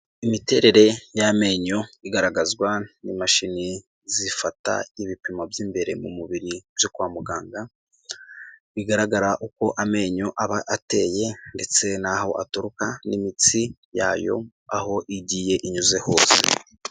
Imiterere y'amenyo igaragazwa n'imashini zifata ibipimo by'imbere mu mubiri byo kwa muganga, bigaragara uko amenyo aba ateye ndetse n'aho aturuka n'imitsi yayo aho igiye inyuze hose.